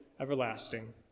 everlasting